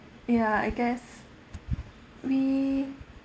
ya I guess we